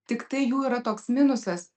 tiktai jų yra toks minusas